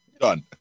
Done